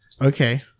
Okay